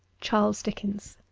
charles dickens